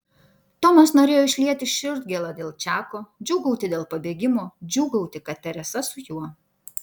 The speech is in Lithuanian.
tomas norėjo išlieti širdgėlą dėl čako džiūgauti dėl pabėgimo džiūgauti kad teresa su juo